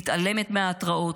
מתעלמת מההתרעות,